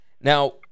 Now